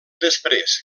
després